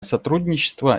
сотрудничество